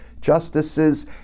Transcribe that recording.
justices